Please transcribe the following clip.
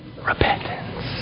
Repentance